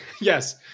Yes